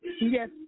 Yes